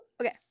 Okay